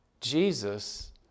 Jesus